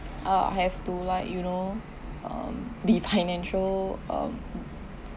I'll have to like you know um be financial um